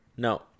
No